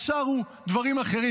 אז שרו דברים אחרים.